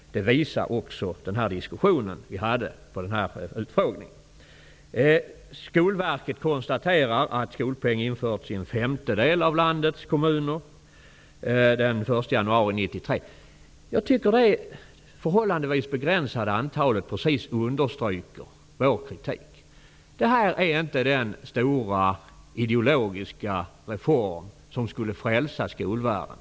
Det visar också den diskussion som vi hade på utfrågningen. Det förhållandevis begränsade antalet understryker vår kritik. Detta är inte den stora ideologiska reform som skulle frälsa skolvärlden.